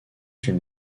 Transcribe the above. une